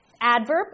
adverb